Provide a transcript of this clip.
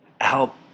help